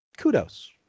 kudos